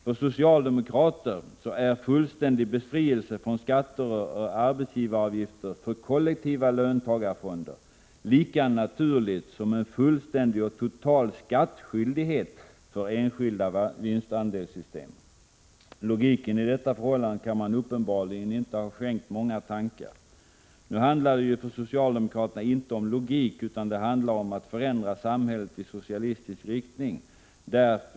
För socialdemokrater är en fullständig befrielse från skatter och arbetsgivaravgifter för kollektiva löntagarfonder lika naturlig som en fullständig och total skattskyldighet för enskilda vinstandelssystem. Logiken i detta förhål lande kan man uppenbarligen inte ha skänkt många tankar. Nu handlar det ju för socialdemokraterna inte om logik, utan det handlar om att förändra samhället i socialistisk riktning.